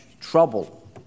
trouble